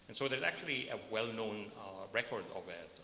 and so there's actually a well-known record of it,